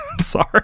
Sorry